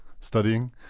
studying